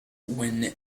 when